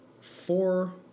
four